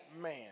man